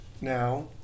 now